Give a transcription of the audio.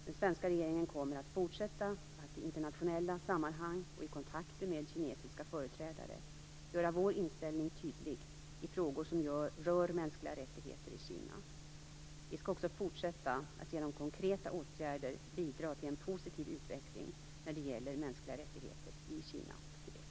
Den svenska regeringen kommer att fortsätta att i internationella sammanhang och i kontakter med kinesiska företrädare göra vår inställning tydlig i frågor som rör mänskliga rättigheter i Kina. Regeringen skall också fortsätta att genom konkreta åtgärder bidra till en positiv utveckling när det gäller mänskliga rättigheter i Kina och Tibet.